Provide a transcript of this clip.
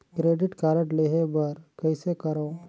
Credit card लेहे बर कइसे करव?